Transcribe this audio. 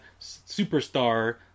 superstar